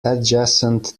adjacent